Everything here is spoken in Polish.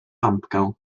lampkę